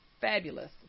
fabulous